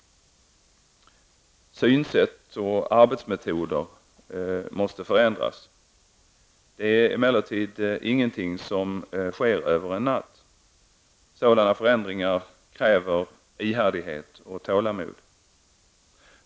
Synsätt och arbetsmetoder måste förändras. Det är emellertid ingenting som sker över en natt. Sådana förändringar kräver ihärdighet och tålamod.